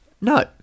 No